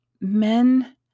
Men